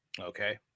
okay